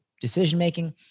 decision-making